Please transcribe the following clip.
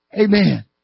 Amen